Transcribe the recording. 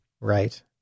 Right